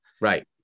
Right